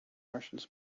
martians